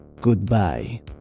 Goodbye